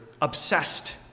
obsessed